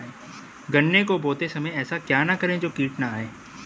गन्ने को बोते समय ऐसा क्या करें जो कीट न आयें?